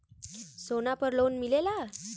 सोना पर लोन मिलेला?